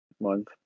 month